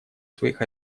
своих